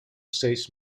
states